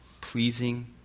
pleasing